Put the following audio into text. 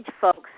folks